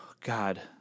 God